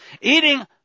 Eating